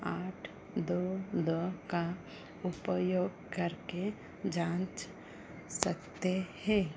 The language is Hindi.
आठ दो दो का उपयोग करके जाँच सक ते हैं